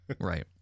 Right